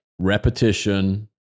repetition